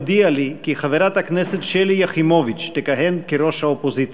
הודיעה לי כי חברת הכנסת שלי יחימוביץ תכהן כראש האופוזיציה.